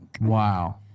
Wow